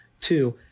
two